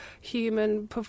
human